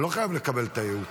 אני לא חייב לקבל את הייעוץ,